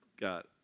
got